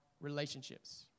relationships